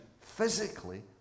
physically